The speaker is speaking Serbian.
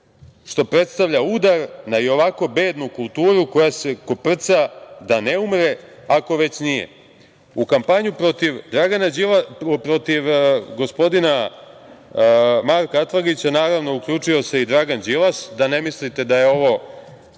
što predstavlja udar na i ovako bednu kulturu, koja se koprca da ne umre, ako već nije.U kampanju protiv gospodina Marka Atlagića, naravno, uključio se i Dragan Đilas, da ne mislite da je ovo